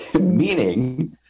Meaning